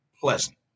pleasant